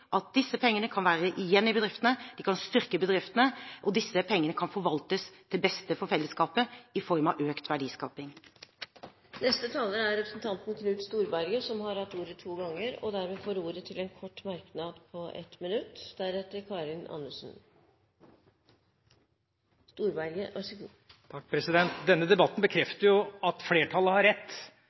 at disse pengene kan være igjen i bedriftene, de kan styrke bedriftene, og disse pengene kan forvaltes til beste for fellesskapet i form av økt verdiskaping. Representanten Knut Storberget har hatt ordet to ganger tidligere og får ordet til en kort merknad, begrenset til 1 minutt. Denne debatten bekrefter at flertallet har rett, at regjeringen har forlatt en aktiv næringspolitikk slik det står i merknadene fra flertallet.